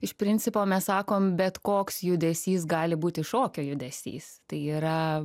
iš principo mes sakom bet koks judesys gali būti šokio judesys tai yra